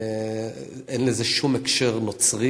אין לזה שום הקשר נוצרי.